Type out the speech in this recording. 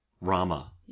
Rama